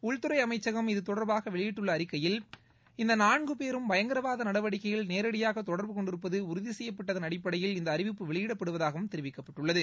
உள்துறை அமைச்சகம் இத்தொடர்பாக வெளியிட்டுள்ள அறிவிக்கையில் இந்த நான்கு பேரும் பயங்கரவாத நடவடிக்கையில் நேரடியாக தொடர்பு கொண்டிருப்பது உறுதி செய்யப்பட்டதன் அடிப்படையில் இந்த அறிவிப்பு வெளியிடப்படுவதாகவும் தெரிவிக்கப்பட்டுள்ளது